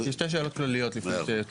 יש לי שתי שאלות כלליות, לפני שצוללים.